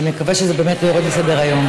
ונקווה שזה באמת לא יורד מסדר-היום.